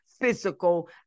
physical